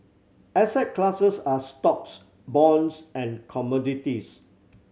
asset classes are stocks bonds and commodities